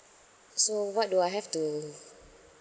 so what do I have to